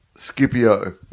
Scipio